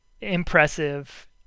impressive